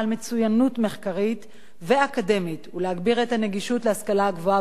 מחקרית ואקדמית ולהגביר את הנגישות של ההשכלה הגבוהה בפריפריה,